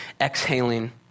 exhaling